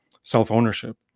self-ownership